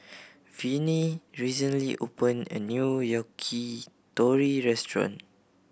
Viney recently opened a new Yakitori restaurant